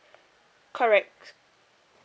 correct